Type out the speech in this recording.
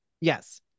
Yes